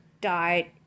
died